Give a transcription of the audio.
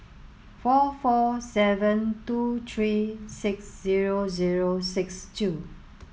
four four seven two three six zero zero six two